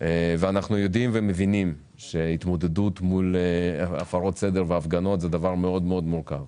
יודעים ומבינים שההתמודדות מול הפרות סדר והפגנות זה דבר מאוד מורכב,